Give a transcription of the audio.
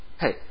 hey